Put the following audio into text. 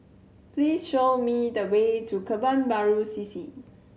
please show me the way to Kebun Baru C C